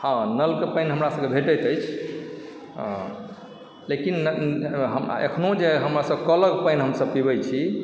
हँ नलके पानि हमरा सभकेँ भेंटैत अछि लेकिन अखनो जे हमरासभ कलक पानि हमसभ पीबय छी